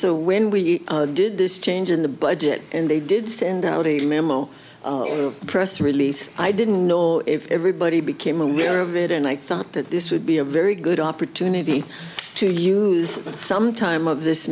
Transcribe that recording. so when we did this change in the budget and they did stand out a memo a press release i didn't know if everybody became aware of it and i thought that this would be a very good opportunity to use some time of this